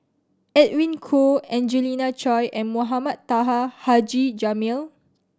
Edwin Koo Angelina Choy and Mohamed Taha Haji Jamil